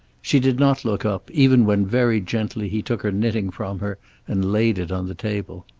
she did not look up, even when very gently he took her knitting from her and laid it on the table.